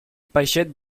peixet